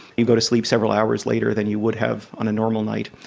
you go to sleep several hours later than you would have on a normal night,